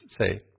say